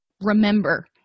remember